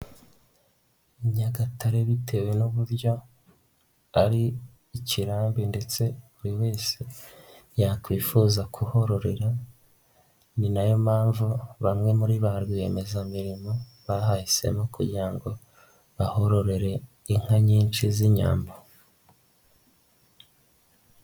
Nyagatare, bitewe n'uburyo ari ikirambi ndetse buri wese yakwifuza kuhororera, ni nayo mpamvu bamwe muri ba rwiyemezamirimo bahahisemo, kugira ngo bahororere inka nyinshi z'inyambo.